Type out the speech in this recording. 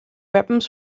weapons